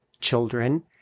children